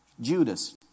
Judas